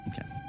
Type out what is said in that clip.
Okay